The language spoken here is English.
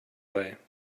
way